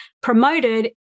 promoted